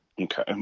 Okay